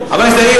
חבר הכנסת בן-ארי,